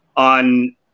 On